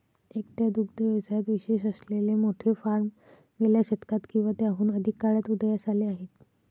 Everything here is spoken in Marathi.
एकट्या दुग्ध व्यवसायात विशेष असलेले मोठे फार्म गेल्या शतकात किंवा त्याहून अधिक काळात उदयास आले आहेत